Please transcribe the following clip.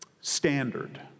standard